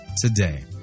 today